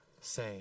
say